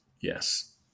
Yes